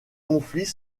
conflits